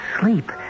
sleep